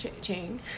chain